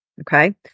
okay